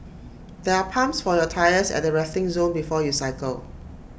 there are pumps for your tyres at the resting zone before you cycle